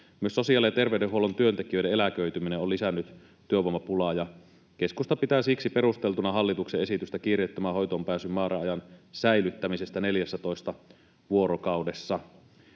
Myös sosiaali- ja terveydenhuollon työntekijöiden eläköityminen on lisännyt työvoimapulaa. Keskusta pitää siksi perusteltuna hallituksen esitystä kiireettömän hoitoonpääsyn määräajan säilyttämisestä 14 vuorokaudessa.